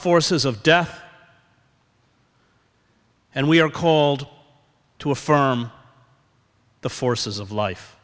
forces of death and we are called to affirm the forces of life